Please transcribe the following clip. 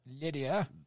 Lydia